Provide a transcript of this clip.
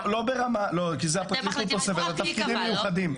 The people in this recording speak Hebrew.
לא, כי זה הפרקליטות עושה, זה תפקידים מיוחדים.